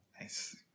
Nice